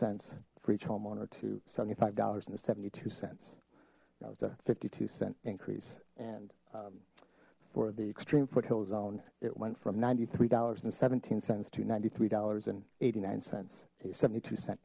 cents for each homeowner to seventy five dollars in the seventy two cents now it's a fifty two cent increase and for the extreme foothill zone it went from ninety three dollars and seventeen cents to ninety three dollars and eighty nine cents a seventy two cent